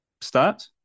start